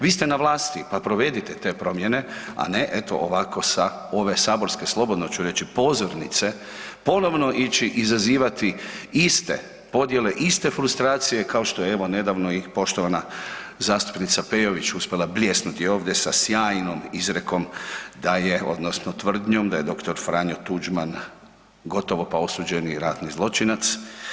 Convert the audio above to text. Vi ste na vlasti pa provedite te promjene, a ne eto ovako sa ove saborske, slobodno ću reći pozornice, ponovno ići izazivati iste podjele, iste frustracije kao što je evo nedavno i poštovana zastupnica Peović uspjela bljesnuti ovdje sa sjajnom izrekom da je odnosno tvrdnjom da je dr. Franjo Tuđman gotovo pa osuđeni ratni zločinac.